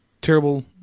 terrible